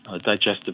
digestive